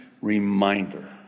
reminder